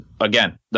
Again